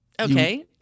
Okay